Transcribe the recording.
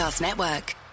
Network